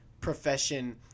profession